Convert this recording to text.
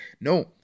no